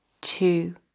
two